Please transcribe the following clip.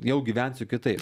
jau gyvensiu kitaip